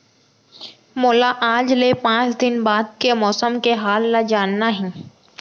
मोला आज ले पाँच दिन बाद के मौसम के हाल ल जानना हे?